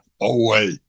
away